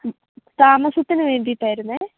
താമസത്തിനു വേണ്ടിയിട്ടായിരുന്നേ